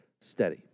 steady